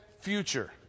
future